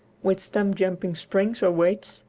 with stump-jumping springs or weights,